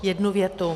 Jednu větu.